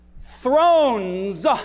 thrones